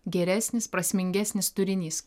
geresnis prasmingesnis turinys